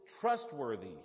trustworthy